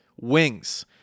Wings